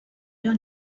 your